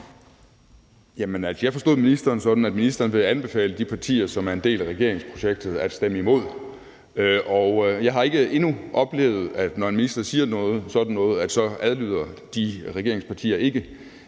jeg forstod ministeren sådan, at ministeren vil anbefale de partier, som er en del af regeringsprojektet, at stemme imod. Og jeg har endnu ikke oplevet, at når en minister siger sådan noget, adlyder de tre regeringspartier ikke.